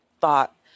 thought